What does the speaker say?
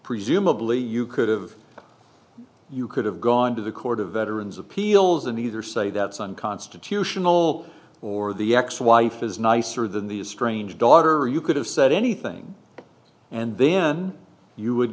presumably you could have you could have gone to the court of veterans appeals and either say that's unconstitutional or the ex wife is nicer than the estranged daughter or you could have said anything and then you would